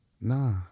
Nah